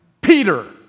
Peter